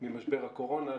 ממשבר הקורונה.